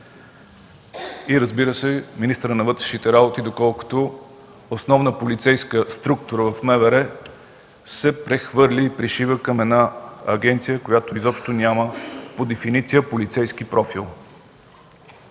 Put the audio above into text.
и, разбира се, на министъра на вътрешните работи, доколкото основна полицейска структура от МВР се прехвърля и пришива към една агенция, която по дефиниция няма полицейски профил.